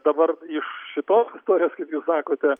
dabar iš šitos istorijos kaip jūs sakote